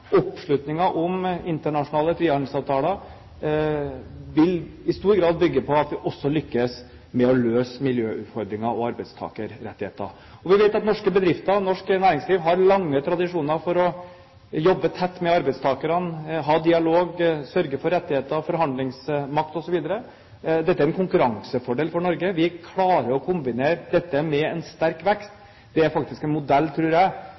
om internasjonale frihandelsavtaler vil i stor grad bygge på at vi også lykkes med å løse miljøutfordringer og arbeidstakerrettigheter. Vi vet at norske bedrifter og norsk næringsliv har lange tradisjoner for å jobbe tett med arbeidstakerne, ha dialog, sørge for rettigheter og forhandlingsmakt osv. Dette er en konkurransefordel for Norge. Vi klarer å kombinere dette med en sterk vekst. Det er faktisk en modell, tror jeg,